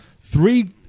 three